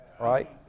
right